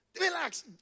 Relax